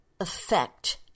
effect